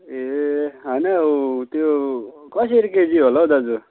ए होइन हौ त्यो कसरी होला हो दाजु